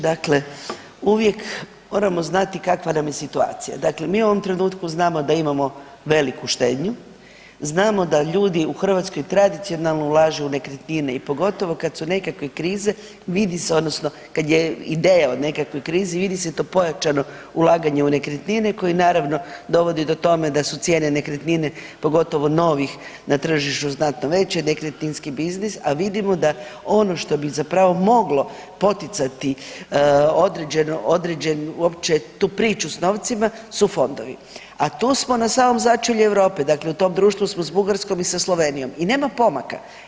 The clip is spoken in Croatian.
Dakle, uvijek moramo znati kakva nam je situacija, dakle mi u ovom trenutku znamo da imamo veliku štednju, znamo da ljudi u Hrvatskoj tradicionalno ulažu u nekretnine i pogotovo kad su nekakve krize vidi se odnosno kada je ideja od nekakve krize vidi se to pojačano ulaganje u nekretnine koje naravno dovode do toga da su cijene nekretnine pogotovo novih na tržištu znatno veće i nekretninski biznis, a vidimo da ono što bi zapravo moglo poticati određenu tu priču uopće s novcima su fondovi, a tu samo na samom začelju Europe, dakle u tom društvu smo sa Bugarskom i sa Slovenijom i nema pomaka.